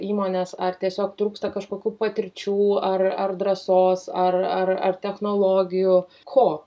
įmonės ar tiesiog trūksta kažkokių patirčių ar ar drąsos ar ar technologijų ko